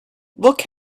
look